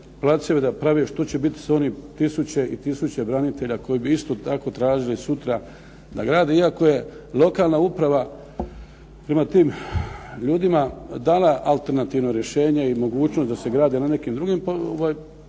da prave što će biti s onim tisuće i tisuće branitelja koji bi isto tako tražili sutra da grade, iako je lokalna uprava prema tim ljudima dala alternativno rješenje i mogućnost da se grade na nekim drugim pozicijama